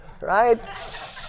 right